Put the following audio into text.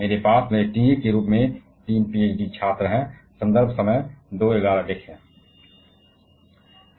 मेरे पास टीए के रूप में तीन पीएचडी छात्र हैं